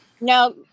Now